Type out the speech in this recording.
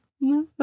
No